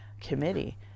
committee